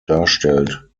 darstellt